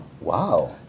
Wow